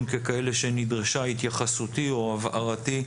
ככאלה שנדרשה התייחסותי או הבהרתי: